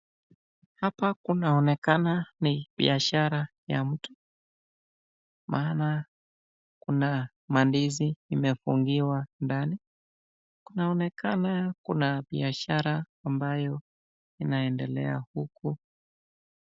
Hapa kunaonekana ni biashara ya mtu maana kuna mandizi imefungiwa ndani. Kunaonekana kuna biashara ambayo inaendelea huku.